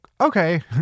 okay